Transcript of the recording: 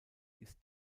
ist